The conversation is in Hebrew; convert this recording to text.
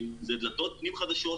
אם זה דלתות פנים חדשות,